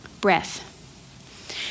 Breath